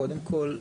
קודם כל,